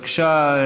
בבקשה,